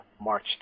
March